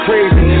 Crazy